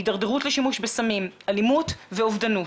הידרדרות לשימוש בסמים, אלימות ואובדנות.